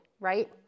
Right